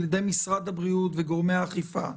על ידי משרד הבריאות וגורמי האכיפה.